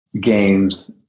games